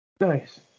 Nice